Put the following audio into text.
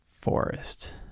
Forest